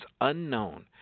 unknown